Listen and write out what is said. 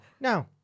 no